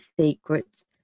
secrets